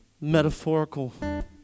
metaphorical